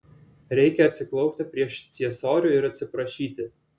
reikia atsiklaupti prieš ciesorių ir atsiprašyti